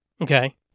Okay